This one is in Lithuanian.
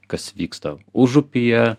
kas vyksta užupyje